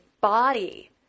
body